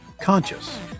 conscious